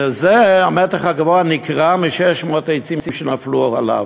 והמתח הגבוה נקרע מ-600 עצים שנפלו עליו,